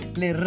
le